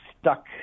stuck